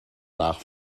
nach